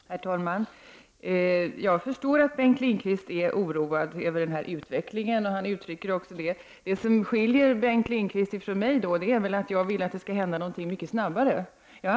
Herr talman! Jag förstår att Bengt Lindqvist är oroad över den här utvecklingen, och han säger också detta. Det som skiljer Bengt Lindqvist från mig är att jag vill att det skall hända någonting mycket snabbare.